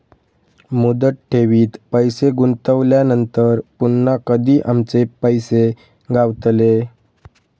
मुदत ठेवीत पैसे गुंतवल्यानंतर पुन्हा कधी आमचे पैसे गावतले?